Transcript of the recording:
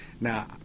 now